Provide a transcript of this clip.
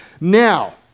Now